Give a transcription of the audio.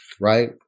right